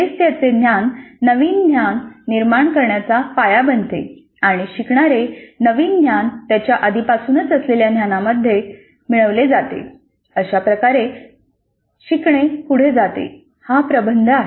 तेच त्यांचे ज्ञान नवीन ज्ञान निर्माण करण्याचा पाया बनते आणि शिकणारे नवीन ज्ञान त्यांच्या आधीपासूनच असलेल्या ज्ञानामध्ये मिळवले जाते अशाप्रकारे शिकणे पुढे जाते हा प्रबंध आहे